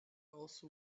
also